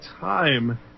time